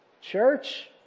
Church